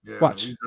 Watch